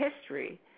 history